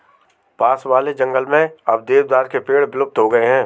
पास वाले जंगल में अब देवदार के पेड़ विलुप्त हो गए हैं